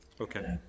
Okay